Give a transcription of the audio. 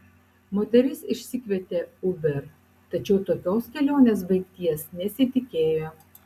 moteris išsikvietė uber tačiau tokios kelionės baigties nesitikėjo